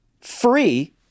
free